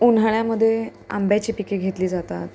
उन्हाळ्यामध्ये आंब्याची पिके घेतली जातात